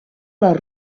les